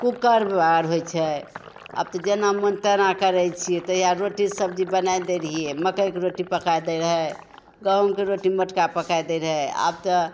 कुकरमे आर होइ छै आब तऽ जेना मन तेना करै छियै तहिया रोटी सब्जी बना दै रहियै मकइके रोटी पका दै रहै गहूँमके रोटी मोटका पकाए दै रहै आब तऽ